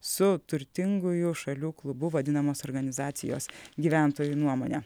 su turtingųjų šalių klubu vadinamos organizacijos gyventojų nuomone